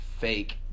fake